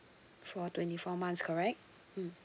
for twenty four months correct mm